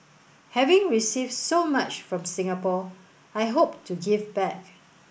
having received so much from Singapore I hope to give back